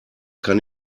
kann